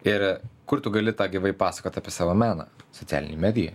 ir kur tu gali tą gyvai pasakot apie savo meną socialinėjmedijoj